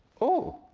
oh,